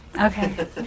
Okay